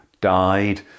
died